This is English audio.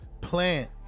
Plant